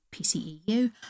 PCEU